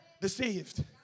Deceived